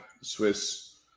Swiss